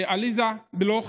עליזה בלוך